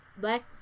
black